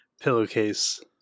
pillowcase